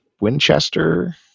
Winchester